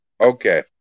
Okay